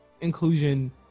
inclusion